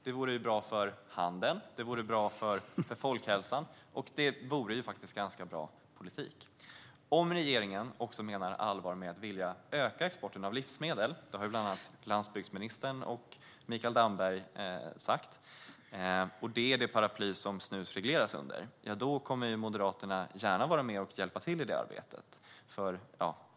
Det vore bra för handeln och för folkhälsan, och det vore ganska bra politik. Om regeringen, som bland annat landsbygdsministern och Mikael Damberg sagt, menar allvar med att vilja öka exporten av livsmedel, vilket är det paraply som snus regleras under, kommer Moderaterna gärna att vara med och hjälpa till i det arbetet.